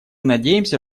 надеемся